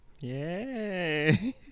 Yay